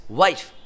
wife